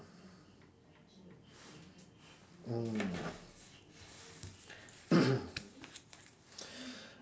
mm